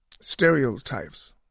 Stereotypes